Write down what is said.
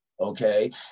Okay